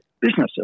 businesses